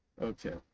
Okay